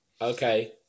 Okay